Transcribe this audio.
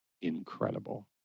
incredible